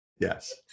yes